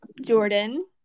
Jordan